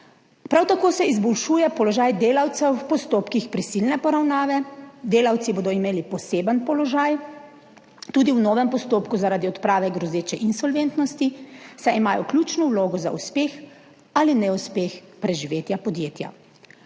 Prav tako se izboljšuje položaj delavcev v postopkih prisilne poravnave. Delavci bodo imeli poseben položaj tudi v novem postopku zaradi odprave grozeče insolventnosti, saj imajo ključno vlogo za uspeh ali neuspeh preživetja podjetja.